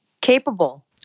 capable